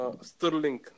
Sterling